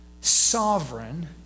sovereign